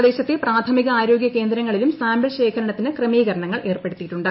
പ്രദേശത്തെ പ്രാഥമിക ആരോഗ്യകേന്ദ്രങ്ങളിലും സാമ്പിൾ ശേഖരണ ത്തിന് ക്രമീകരണങ്ങൾ ഏർപ്പെടുത്തിയിട്ടുണ്ട്